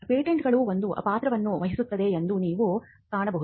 ಪೇಟೆಂಟ್ಗಳು ಒಂದು ಪಾತ್ರವನ್ನು ವಹಿಸುತ್ತವೆ ಎಂದು ನೀವು ಕಾಣಬಹುದು